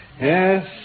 Yes